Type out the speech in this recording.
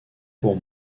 pour